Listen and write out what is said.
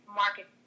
market